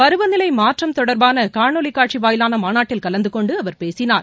பருவநிலை மாற்றம் தொடர்பாள காணொலி காட்சி வாயிலான மாநாட்டில் கலந்துகொண்டு அவர் பேசினார்